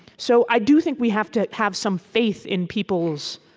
so i do think we have to have some faith in people's